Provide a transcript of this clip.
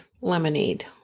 lemonade